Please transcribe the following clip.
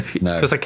No